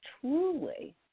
truly